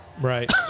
right